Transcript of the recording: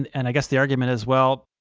and and i guess the argument is well,